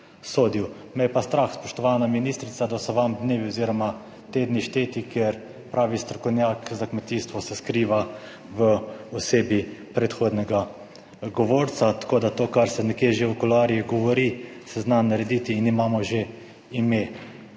sodil. Me je pa strah, spoštovana ministrica, da so vam dnevi oziroma te dni šteti, ker pravi strokovnjak za kmetijstvo se skriva v osebi predhodnega govorca. Tako da to, kar se nekje že v / nerazumljivo/ govori, se zna narediti in imamo že ime